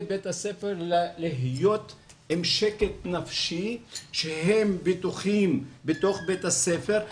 בית הספר להיות עם שקט נפשי שהם בטוחים בתוך בית הספר,